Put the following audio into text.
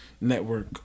network